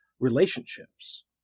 Relationships